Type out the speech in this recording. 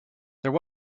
there